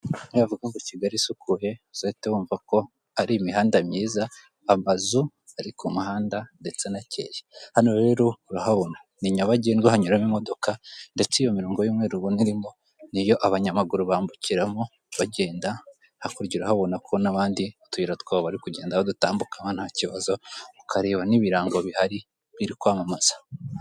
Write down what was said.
Nibavuga ngo Kigali isukuye uzahite wumva ko ari imihanda myiza, amazu ari ku muhanda ndetse anakeye. Hano rero urahabona ni nyabagendwa hanyuramo imodoka ndetse iyo mirongo y'umweru ubona irimo ni iyo abanyamaguru bambukiramo bagenda. Hakurya urahabona ko n'abandi utuyira twabo barikugenda badutambukamo nta kibazo, ukareba n'ibirango bihari birikwamamaza.